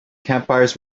campfires